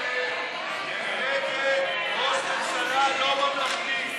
הודעת ראש הממשלה נתקבלה.